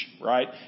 right